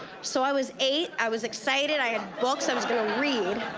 so, i was eight, i was excited. i had books. i was gonna read.